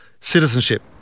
citizenship